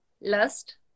lust